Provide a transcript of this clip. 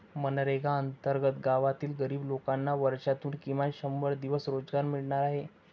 मनरेगा अंतर्गत गावातील गरीब लोकांना वर्षातून किमान शंभर दिवस रोजगार मिळणार आहे